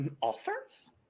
All-stars